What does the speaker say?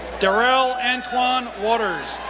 darrell antoine waters,